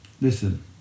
Listen